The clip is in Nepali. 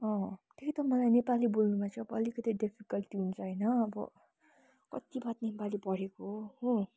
अँ त्यही त मलाई नेपाली बोल्नुमा चाहिँ अब अलिकिति डिफिकल्टी हुन्छ होइन अब कत्ति बाद नेपाली पढेको हो